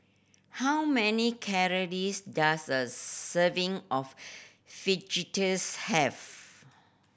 how many calories does a serving of Fajitas have